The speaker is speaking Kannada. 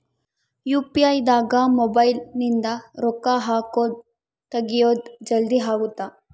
ಯು.ಪಿ.ಐ ದಾಗ ಮೊಬೈಲ್ ನಿಂದ ರೊಕ್ಕ ಹಕೊದ್ ತೆಗಿಯೊದ್ ಜಲ್ದೀ ಅಗುತ್ತ